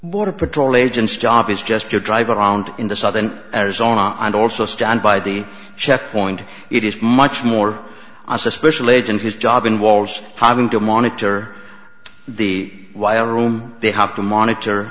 border patrol agents job is just to drive around in the southern arizona and also stand by the checkpoint it is much more a special agent whose job involves having to monitor the wire room they have to monitor